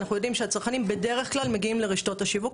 אנחנו יודעים שהצרכנים בדרך כלל מגיעים לרשתות השיווק.